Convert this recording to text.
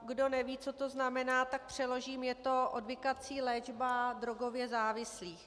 Kdo neví, co to znamená, tak přeložím, je to odvykací léčba drogově závislých.